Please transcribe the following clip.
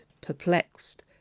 perplexed